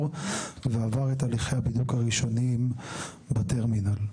ועבר את תהליכי הבידוק הראשוניים בטרמינל.